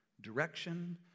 direction